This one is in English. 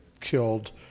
killed